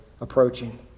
approaching